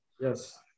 Yes